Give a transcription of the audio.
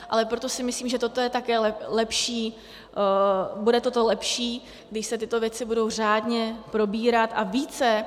Ale proto si myslím, že toto je také lepší, bude toto lepší, když se tyto věci budou řádně probírat a více.